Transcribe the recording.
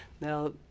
Now